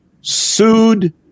sued